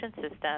system